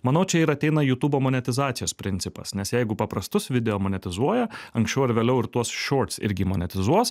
manau čia ir ateina jutūbo monetizacijos principas nes jeigu paprastus video monetizuoja anksčiau ar vėliau ir tuos shorts irgi monetizuos